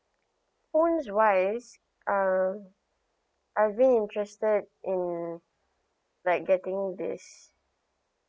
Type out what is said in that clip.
phone wise um I really interested in like getting this